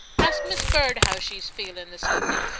ask mis' bird how she's feelin' this evenin',